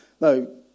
No